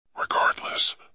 Regardless